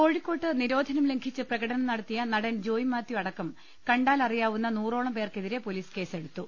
കോഴിക്കോട്ട് നിരോധനം ലംഘിച്ച് പ്രകടനം നടത്തിയ നടൻ ജോയ് മാത്യു അടക്കം കണ്ടാലറിയാവുന്ന നൂറോളം പേർക്കെതിരെ പൊലീസ് കേസെടുത്തു